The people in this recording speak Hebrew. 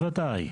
בוודאי.